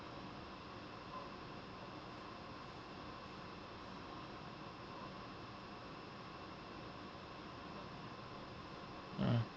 ah